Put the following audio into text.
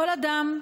כל אדם,